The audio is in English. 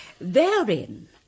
Therein